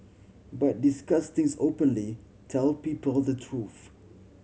but discuss things openly tell people the truth